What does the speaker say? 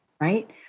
Right